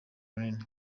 runini